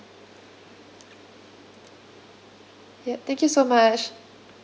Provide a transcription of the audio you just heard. yup thank you so much